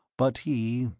but he,